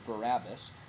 Barabbas